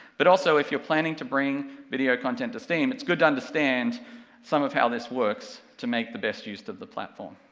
but also if you're planning to bring video content to steam it's good to understand some of how this works, to make the best use of the platform.